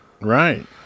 Right